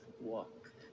walk